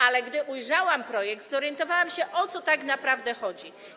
Ale gdy ujrzałam projekt, zorientowałam się, o co tak naprawdę chodzi.